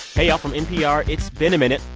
hey y'all. from npr, it's been a minute.